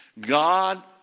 God